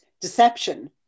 deception